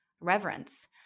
reverence